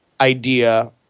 idea